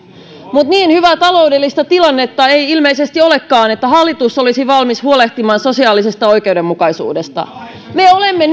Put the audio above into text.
mutta niin hyvää taloudellista tilannetta ei ilmeisesti olekaan että hallitus olisi valmis huolehtimaan sosiaalisesta oikeudenmukaisuudesta me olemme